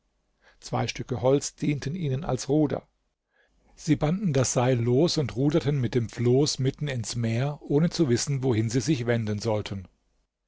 zwei stücke holz dienten ihnen als ruder sie banden das seil los und ruderten mit dem floß mitten ins meer ohne zu wissen wohin sie sich wenden sollten